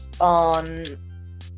on